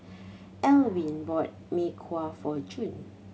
Elwin bought Mee Kuah for June